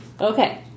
Okay